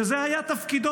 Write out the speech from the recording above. שזה היה תפקידו.